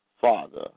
Father